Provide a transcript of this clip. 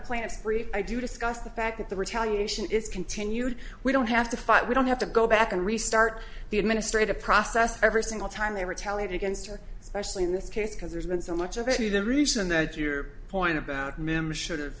spree i do discuss the fact that the retaliation is continued we don't have to fight we don't have to go back and restart the administrative process every single time they retaliate against or specially in this case because there's been so much of it you the reason that your point about members should